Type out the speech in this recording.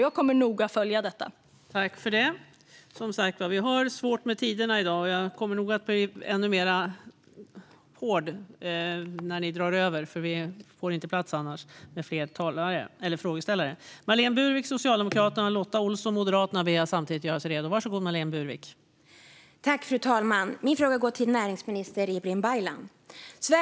Jag kommer att följa detta noga.